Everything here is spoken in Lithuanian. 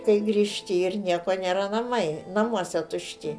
kai grįžti ir nieko nėra namai namuose tušti